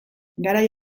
garai